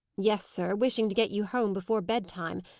yes, sir, wishing to get you home before bed-time,